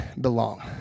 belong